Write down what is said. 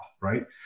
right